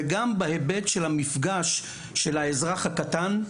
וגם בהיבט של המפגש של האזרח הקטן,